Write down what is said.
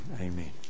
Amen